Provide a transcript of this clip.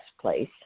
place